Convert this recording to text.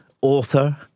author